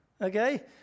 Okay